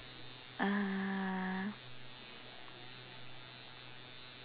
uh